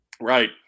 Right